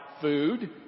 food